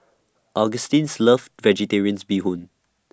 Augustine's loves vegetarians Bee Hoon